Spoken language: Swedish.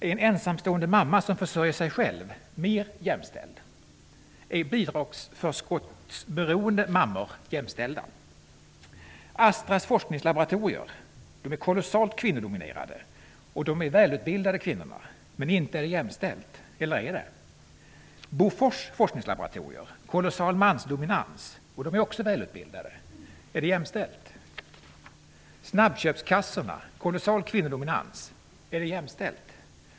Är en ensamstående mamma, som försörjer sig själv, mer jämställd? Är bidragsförskottsberoende mammor jämställda? Astras forskningslaboratorier är kolossalt kvinnodominerade och kvinnorna där är välutbildade. Men inte är det jämställt! Eller är det? Bofors forskningslaboratorier har en kolossal mansdominans och männen där är också välutbildade! Men inte är det jämställt! Eller är det? Snabbköpskassorna -- kolossal kvinnodominans! Jämställt?